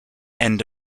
end